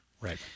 Right